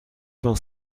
vingt